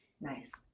Nice